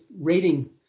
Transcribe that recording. rating